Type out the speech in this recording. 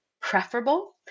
preferable